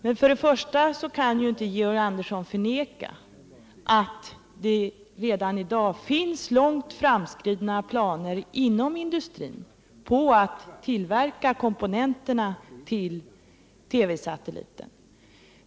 Men för det första kan ju inte Georg Andersson förneka att det redan i dag finns långt framskridna planer inom industrin på att tillverka komponenterna till TV-satelliten.